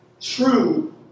true